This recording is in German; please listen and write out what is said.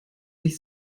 sich